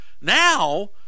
now